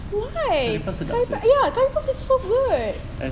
why curry puff ya curry puff is so good